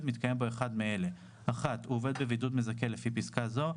מתקיים בו אחד מאלה: הוא עובד בבידוד מזכה לפי פסקה זו.